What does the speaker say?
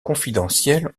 confidentiel